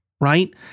right